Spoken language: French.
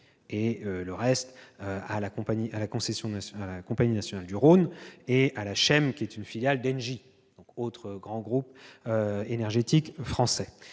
EDF, le reste à la Compagnie nationale du Rhône et à la SHEM, une filiale d'Engie, autre grand groupe énergétique français.